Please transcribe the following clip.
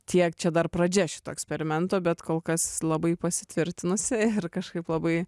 tiek čia dar pradžia šito eksperimento bet kol kas labai pasitvirtinusi kažkaip labai